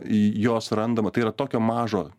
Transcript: jos randama tai yra tokio mažo